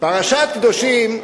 פרשת קדושים,